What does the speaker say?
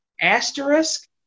asterisk